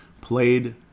played